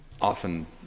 often